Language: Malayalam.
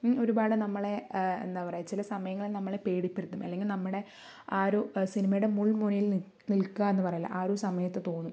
ഒരുപാട് നമ്മളെ എന്താ പറയുക ചില സമയങ്ങളിൽ നമ്മളെ പേടിപ്പെടുത്തും അല്ലെങ്കിൽ നമ്മുടെ ആരോ സിനിമയുടെ മുൾമുനയിൽ നിൽക്കുക എന്ന് പറയില്ലേ ആ ഒരു സമയത്ത് തോന്നും